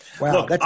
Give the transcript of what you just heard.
Wow